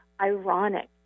ironic